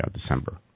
December